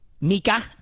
Mika